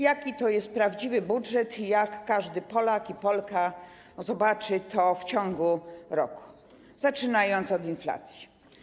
Jaki to jest prawdziwy budżet, to każdy Polak i Polka zobaczą w ciągu roku, zaczynając od inflacji.